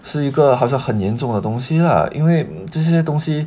是一个好像很严重的东西 lah 因为这些东西